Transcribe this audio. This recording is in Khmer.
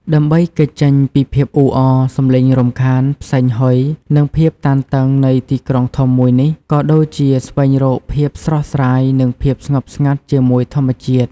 ដើម្បីគេចចេញពីភាពអ៊ូអរ សំឡេងរំខាន ផ្សែងហុយ និងភាពតានតឹងនៃទីក្រុងធំមួយនេះ ក៏ដូចជាស្វែងរកភាពស្រស់ស្រាយនិងភាពស្ងប់ស្ងាត់ជាមួយធម្មជាតិ។